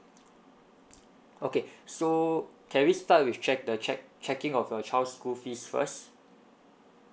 okay so can we start with check the check checking of your child school fees first